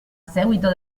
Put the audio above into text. seguito